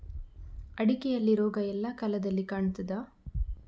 ಅಡಿಕೆಯಲ್ಲಿ ರೋಗ ಎಲ್ಲಾ ಕಾಲದಲ್ಲಿ ಕಾಣ್ತದ?